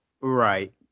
Right